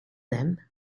them